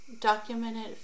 documented